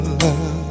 love